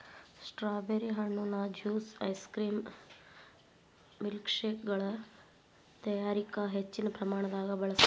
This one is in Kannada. ಸ್ಟ್ರಾಬೆರಿ ಹಣ್ಣುನ ಜ್ಯೂಸ್ ಐಸ್ಕ್ರೇಮ್ ಮಿಲ್ಕ್ಶೇಕಗಳ ತಯಾರಿಕ ಹೆಚ್ಚಿನ ಪ್ರಮಾಣದಾಗ ಬಳಸ್ತಾರ್